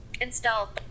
install